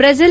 Breezy